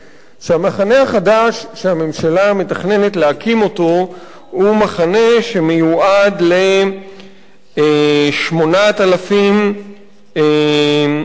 המחנה החדש שהממשלה מתכננת להקים הוא מחנה שמיועד ל-8,000 שוהים,